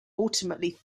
ultimately